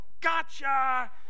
gotcha